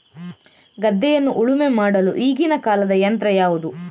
ಗದ್ದೆಯನ್ನು ಉಳುಮೆ ಮಾಡಲು ಈಗಿನ ಕಾಲದ ಯಂತ್ರ ಯಾವುದು?